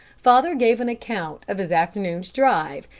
father gave an account of his afternoon's drive,